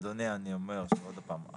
אדוני, אני אומר עוד הפעם: